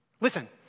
Listen